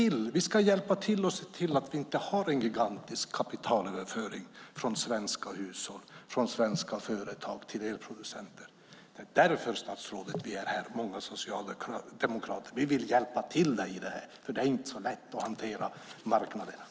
Vi ska hjälpa till med att se till att vi inte har en gigantisk kapitalöverföring från svenska hushåll och från svenska företag till elproducenter. Det är därför, statsrådet, som många socialdemokrater är här. Vi vill hjälpa dig i det här, för det är inte så lätt att hantera marknaderna.